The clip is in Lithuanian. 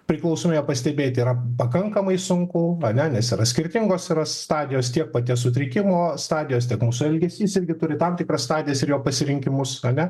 priklausomybė pastebėti yra pakankamai sunku ane nes yra skirtingos stadijos tiek paties sutrikimo stadijos tiek mūsų elgesys irgi turi tam tikras stadijas ir jo pasirinkimus ane